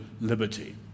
liberty